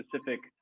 specific